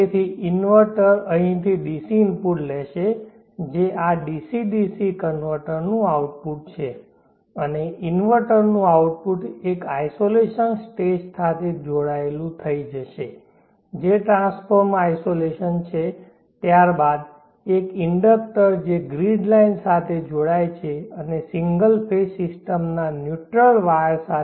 તેથી ઇન્વર્ટર અહીંથી DC input લેશે જે આ ડીસી ડીસી કન્વર્ટરનું આઉટપુટ છે અને ઇન્વર્ટરનું આઉટપુટ એક આઇસોલેશન સ્ટેજ સાથે જોડાયેલું થઈ જશે જે ટ્રાન્સફોર્મર આઇસોલેશન છે ત્યારબાદ એક ઇન્ડક્ટર જે ગ્રીડ લાઇન સાથે જોડાય છે અને સિંગલ ફેઝ સિસ્ટમ ના ન્યુટ્રલ વાયર સાથે